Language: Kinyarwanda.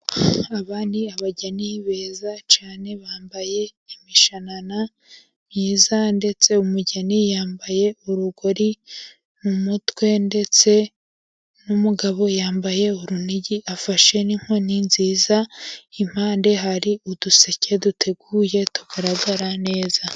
Aba ni abageni beza cyane, bambaye imishanana myiza, ndetse umugeni yambaye urugori mu mutwe, ndetse n'umugabo yambaye urunigi, afashe n'inkoni nziza, impande hari uduseke duteguye tugaragara neza.